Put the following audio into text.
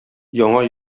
яңа